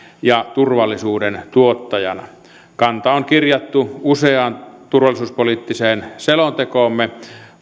ja turvallisuuden tuottajana kanta on kirjattu useaan turvallisuuspoliittiseen selontekoomme